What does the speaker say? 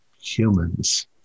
humans